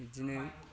बिदिनो